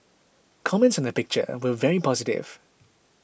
comments on the picture were very positive